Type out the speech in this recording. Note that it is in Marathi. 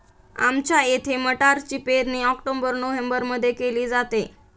आमच्या इथे मटारची पेरणी ऑक्टोबर नोव्हेंबरमध्ये केली जाते